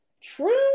true